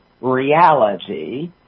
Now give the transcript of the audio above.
reality